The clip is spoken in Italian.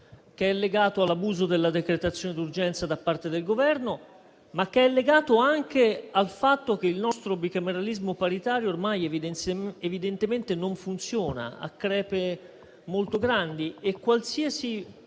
serio, legato all'abuso della decretazione d'urgenza da parte del Governo, ma legato anche al fatto che il nostro bicameralismo paritario ormai evidentemente non funziona e presenta crepe molto grandi. Qualsiasi